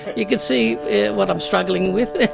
you can see what i'm struggling with!